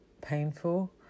painful